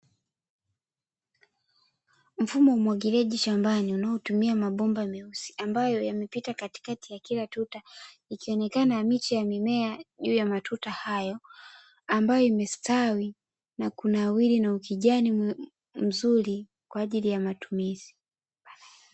Mfumo wa umwagiliaji shambani unaotumia mabomba meusi ambayo yamepita katikati ya kila tuta, ikionekana miche ya mimea juu ya matuta hayo ambayo imestawi na kunawiri na ukijani mzuri kwa ajili ya matumizi.